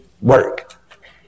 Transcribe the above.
work